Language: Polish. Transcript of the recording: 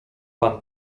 pan